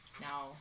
now